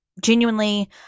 genuinely